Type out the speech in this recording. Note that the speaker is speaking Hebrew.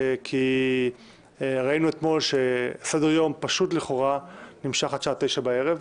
כי ראינו אתמול שסדר יום פשוט לכאורה יכול להימשך עד שעה 9 בערב.